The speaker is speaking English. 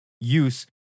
use